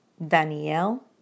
Daniel